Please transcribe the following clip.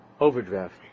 overdraft